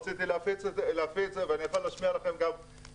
רציתי להפיץ את זה ואני יכול להשמיע לכם גם קלטת